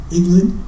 England